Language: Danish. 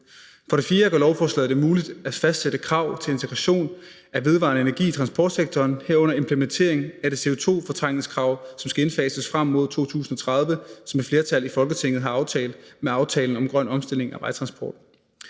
gør lovforslaget det muligt at fastsætte krav til integration af vedvarende energi i transportsektoren, herunder implementering af det CO2-fortrængningskrav, som skal indfases frem mod 2030, som et flertal i Folketinget har aftalt med aftalen om grøn omstilling af vejtransport.